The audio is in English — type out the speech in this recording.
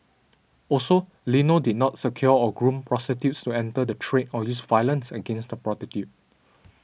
also Lino did not secure or groom prostitutes to enter the trade or use violence against the prostitutes